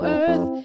earth